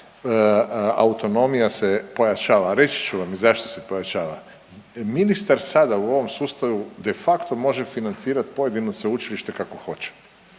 autonomija se pojačava i reći ću vam i zašto se pojačava. Ministar sada u ovom sustavu de facto može financirat pojedino sveučilište kako hoće,